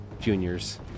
juniors